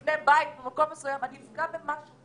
אבנה בית במקום מסוים אני אפגע במשהו,